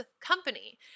company